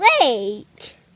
wait